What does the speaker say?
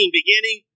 beginning